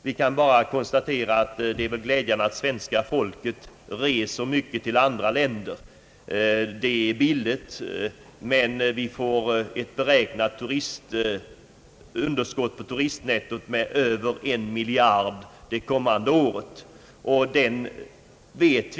Det är glädjande att det svenska folket reser mycket till andra länder, Det är billigt, men vi får ett beräknat underskott på turistnettot med över en miljard kronor det kommande året.